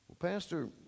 Pastor